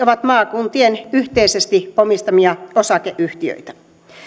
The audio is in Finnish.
ovat maakuntien yhteisesti omistamia osakeyhtiöitä